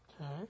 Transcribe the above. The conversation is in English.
Okay